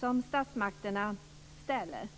som statsmakterna ställer.